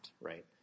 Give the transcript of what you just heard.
right